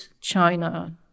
China